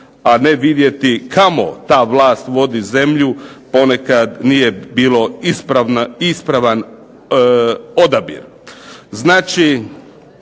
a ne vidjeti kamo ta vlast vodi zemlju, ponekad nije bio ispravan odabir.